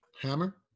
Hammer